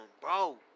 bro